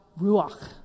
ruach